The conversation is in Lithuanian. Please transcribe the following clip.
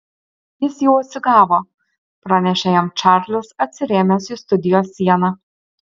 jis jau atsigavo pranešė jam čarlis atsirėmęs į studijos sieną